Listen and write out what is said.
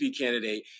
candidate